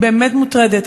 אני באמת מוטרדת.